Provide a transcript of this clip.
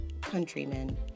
countrymen